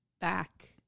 back